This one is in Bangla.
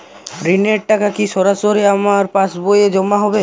ঋণের টাকা কি সরাসরি আমার পাসবইতে জমা হবে?